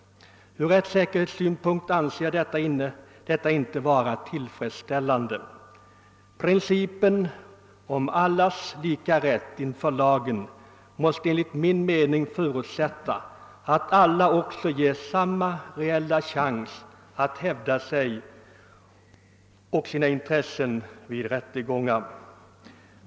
Från rättssäkerhetssynpunkt anser jag detta inte vara tillfredsställande. Principen om allas lika rätt inför lagen måste enligt min mening förutsätta att alla också ges samma reella chans att hävda sig och sina intressen vid rättegångar.